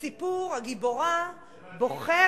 בסיפור, הגיבורה בוחרת,